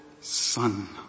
son